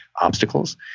obstacles